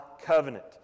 covenant